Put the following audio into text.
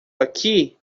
aqui